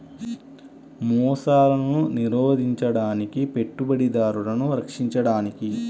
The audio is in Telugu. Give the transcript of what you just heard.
మోసాలను నిరోధించడానికి, పెట్టుబడిదారులను రక్షించడానికి